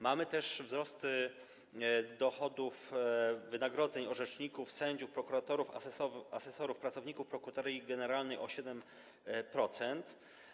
Mamy też wzrost dochodów wynagrodzeń orzeczników, sędziów, prokuratorów, asesorów, pracowników Prokuratorii Generalnej - o 7%.